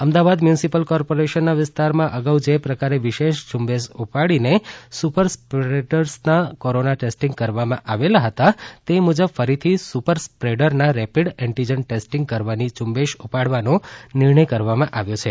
Ahmedabad municipal કોર્પોરેશનના વિસ્તારમાં અગાઉ જે પ્રકારે વિશેષ ઝુંબેશ ઉપાડીને સુપર સ્પ્રેડર્સના કોરોના ટેસ્ટીંગ કરવામાં આવેલા હતા તે મુજબ ફરીથી સુપર સ્પ્રેડરના રેપીડ એન્ટીજન ટેસ્ટીંગ કરવાની ઝ઼ંબેશ ઉપાડવાનો નિર્ણય કરવામાં આવ્યો છે